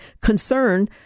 concern